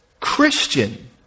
Christian